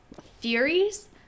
theories